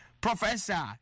Professor